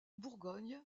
bourgogne